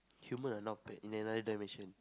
human are not bad in another dimension